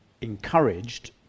encouraged